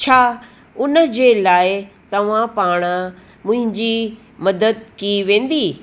छा उन जे लाइ तव्हां पाण मुंहिंजी मदद की वेंदी